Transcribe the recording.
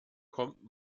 kommt